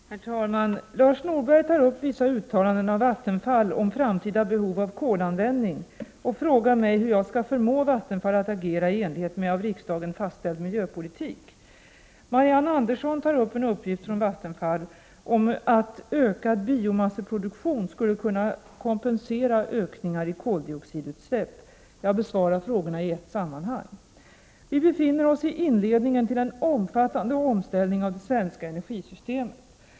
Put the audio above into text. Herr talman! Lars Norberg tar upp vissa uttalanden av Vattenfall om framtida behov av kolanvändning och frågar mig hur jag skall förmå Vattenfall att agera i enlighet med av riksdagen fastställd miljöpolitik. Marianne Andersson tar upp en uppgift från Vattenfall om att ökad biomasseproduktion skulle kunna kompensera ökningar i koldioxidutsläpp. Jag besvarar frågorna i ett sammanhang. Vi befinner oss i inledningen till en omfattande omställning av det svenska energisystemet.